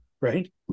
Right